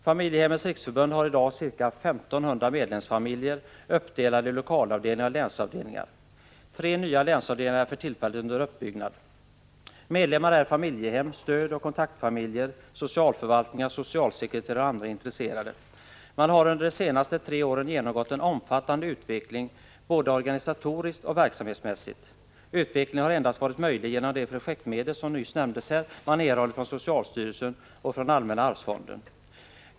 Familjehemmens riksförbund har i dag ca 1 500 medlemsfamiljer uppdelade i lokalavdelningar och länsavdelningar. Tre nya länsavdelningar är för tillfället under uppbyggnad. Medlemmar är familjehem, stödoch kontaktfamiljer, socialförvaltningar, socialsekreterare och andra intresserade. Föreningen har under de senaste tre åren genomgått en omfattande utveckling, både organisatoriskt och verksamhetsmässigt. Denna utveckling har endast varit möjlig genom de projektmedel som nyss nämnts här och som man erhållit från socialstyrelsen och Allmänna arvsfonden.